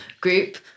group